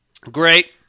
Great